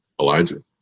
Elijah